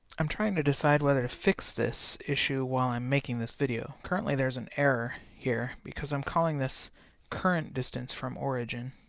i'm trying to decide whether to fix this issue while i'm making this video. currently there's an error here, because i'm calling this the currentdistancefromorigin,